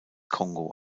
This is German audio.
kongo